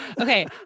okay